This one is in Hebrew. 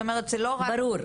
ברור.